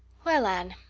well, anne,